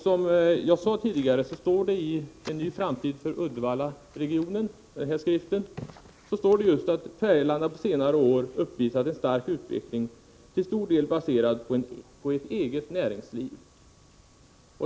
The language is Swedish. Som jag sade tidigare står det i regeringens PM ”En ny framtid för Uddevallaregionen” att Färgelanda på senare år uppvisat en stark utveckling, till stor del baserad på ett eget näringsliv.